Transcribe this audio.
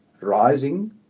rising